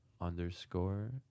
underscore